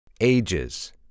Ages